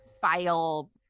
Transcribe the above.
file